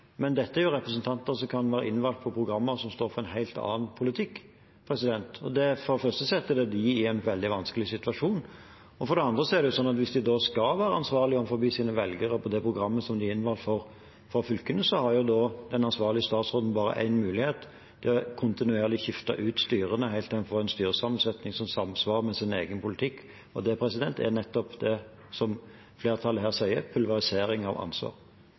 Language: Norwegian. men dette er representanter som kan være innvalgt på programmer som står for en helt annen politikk. For det første setter det dem i en veldig vanskelig situasjon. For det andre er det slik at hvis de skal være ansvarlige overfor sine velgere for det programmet de er innvalgt på fra fylkene, har den ansvarlige statsråden da bare én mulighet, og det er kontinuerlig å skifte ut styrene helt til en får en styresammensetning som samsvarer med ens egen politikk. Det er nettopp det flertallet her sier er pulverisering av ansvar.